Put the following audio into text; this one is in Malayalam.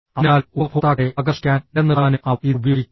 അതിനാൽ ഉപഭോക്താക്കളെ ആകർഷിക്കാനും നിലനിർത്താനും അവർ ഇത് ഉപയോഗിക്കുന്നു